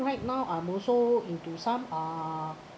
right now I'm also into some uh